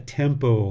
tempo